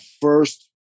first